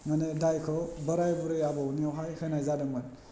माने दायखौ बोराय बुरै आबौनियावहाय होनाय जादोंमोन